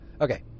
Okay